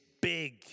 big